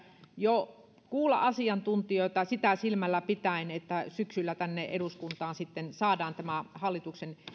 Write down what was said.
jo kuulla asiantuntijoita sitä silmällä pitäen että syksyllä tänne eduskuntaan sitten saadaan tämä hallituksen